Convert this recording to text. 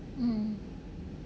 mm